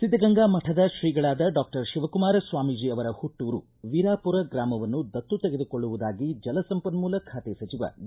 ಿದ್ದಗಂಗಾ ಮಠದ ಶ್ರೀಗಳಾದ ಡಾಕ್ಷರ್ ಶಿವಕುಮಾರ ಸ್ವಾಮೀಜಿ ಅವರ ಹುಟ್ಟೂರು ವೀರಾಪುರ ಗ್ರಾಮವನ್ನು ದತ್ತು ತೆಗೆದುಕೊಳ್ಳುವುದಾಗಿ ಜಲ ಸಂಪನ್ಮೂಲ ಖಾತೆ ಸಚಿವ ಡಿ